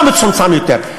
לא מצומצם יותר.